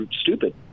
stupid